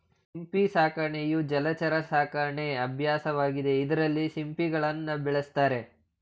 ಸಿಂಪಿ ಸಾಕಾಣಿಕೆಯು ಜಲಚರ ಸಾಕಣೆ ಅಭ್ಯಾಸವಾಗಿದೆ ಇದ್ರಲ್ಲಿ ಸಿಂಪಿಗಳನ್ನ ಬೆಳೆಸ್ತಾರೆ